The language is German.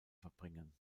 verbringen